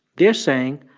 they're saying,